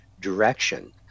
direction